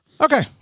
Okay